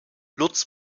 lutz